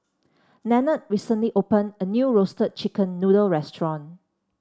Nanette recently open a new roaste chicken noodle restaurant